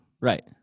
right